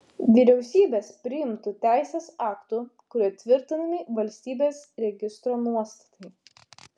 vyriausybės priimtu teisės aktu kuriuo tvirtinami valstybės registro nuostatai